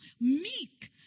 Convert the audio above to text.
meek